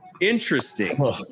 Interesting